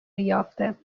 یافته